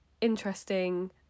interesting